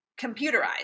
computerized